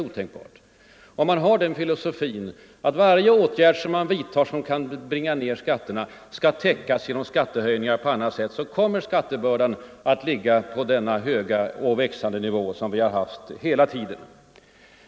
Om man har den filosofin att varje åtgärd som man vidtar och som kan bringa ned skatterna skall motsvaras av skattehöjningar på annat sätt kommer skattebördan att ligga på den höga och stigande nivå som vi har haft under mycket lång tid.